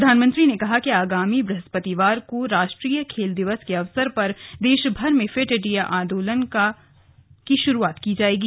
प्रधानमंत्री ने कहा कि आगामी बृहस्पतिवार को राष्ट्रीय खेल दिवस के अवसर पर देश भर में फिट इंडिया आंदोलन शरू किया जाएगा